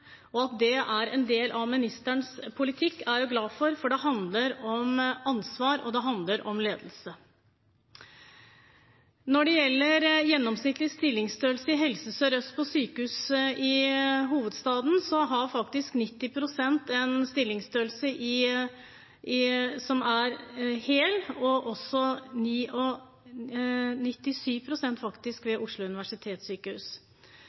At det er en del av ministerens politikk, er jeg glad for, for det handler om ansvar, og det handler om ledelse. Når det gjelder gjennomsnittlig stillingsstørrelse i Helse Sør-Øst, på sykehus i hovedstaden, har faktisk 90 pst. en stillingsstørrelse som er hel, og faktisk også